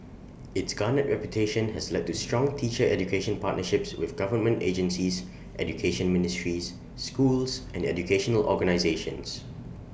its garnered reputation has led to strong teacher education partnerships with government agencies education ministries schools and educational organisations